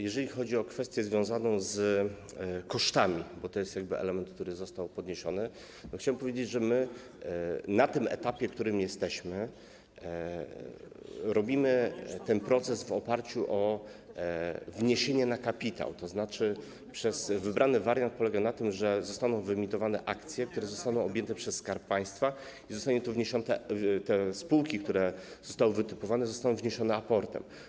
Jeżeli chodzi o kwestię związaną z kosztami, bo to jest kwestia, która została poruszona, chciałbym powiedzieć, że my na tym etapie, na którym jesteśmy, przeprowadzamy ten proces w oparciu o wniesienie na kapitał, tzn. wybrany wariant polega na tym, że zostaną wyemitowane akcje, które zostaną objęte przez Skarb Państwa, i zostanie to wniesione, te spółki, które zostały wytypowane, zostaną wniesione aportem.